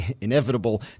inevitable